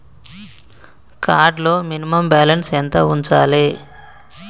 Card లో minimum balance ఎంత ఉంచాలే?